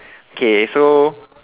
okay so